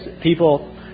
people